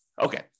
Okay